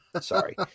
Sorry